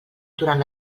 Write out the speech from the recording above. durant